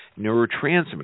Neurotransmitters